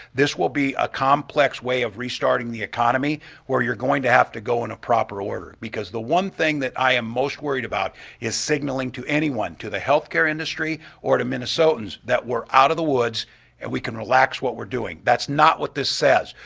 this will be a complex way of restarting the economy where you're going to have to go in a proper order. because the one thing that i am most worried about is signaling to anyone, to the health care industry, or to minnesotans, that we're out of the woods and we can relax what we're doing. that's not what this says.